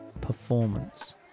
performance